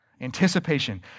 Anticipation